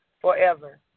forever